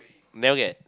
you never get